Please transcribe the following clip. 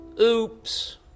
Oops